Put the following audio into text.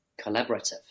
collaborative